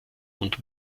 und